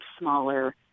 smaller